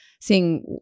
seeing